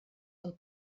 del